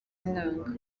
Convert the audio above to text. mwanga